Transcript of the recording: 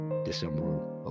December